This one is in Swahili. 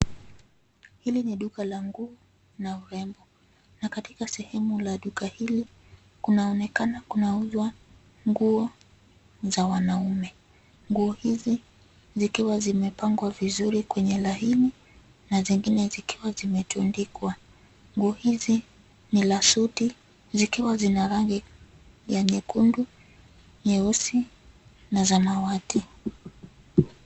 Hili ni duka la nguo, na urembo, na katika sehemu la duka hili, kunaonekana kunauzwa, nguo, za wanaume, nguo hizi zikiwa zimepangwa vizuri kwenye laini, na zengine zikiwa zimetundikwa. Nguo hizi, ni la suti, zikiwa zina rangi, ya nyekundu, nyeusi, na samawati.